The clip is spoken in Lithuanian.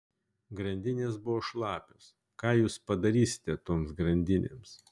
grandinės buvo šlapios ką jūs padarysite toms grandinėms